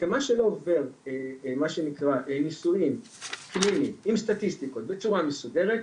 שמה שלא עובר מה שנקרא ניסויים עם סטטיסטיקות בצורה מסודרת,